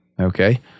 Okay